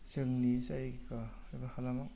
जोंनि जायगा एबा हालामाव